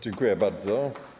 Dziękuję bardzo.